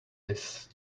this